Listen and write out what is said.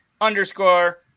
underscore